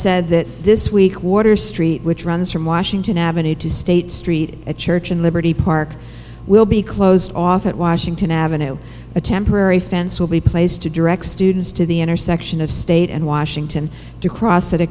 said that this week water street which runs from washington avenue to state street a church in liberty park will be closed off at washington avenue a temporary fence will be placed to direct students to the intersection of state and washington to cross at a